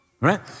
right